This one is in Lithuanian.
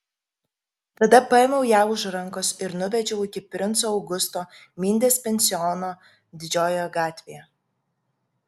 tada paėmiau ją už rankos ir nuvedžiau iki princo augusto mindės pensiono didžiojoje gatvėje